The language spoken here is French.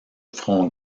front